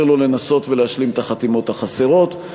לו לנסות ולהשלים את החתימות החסרות.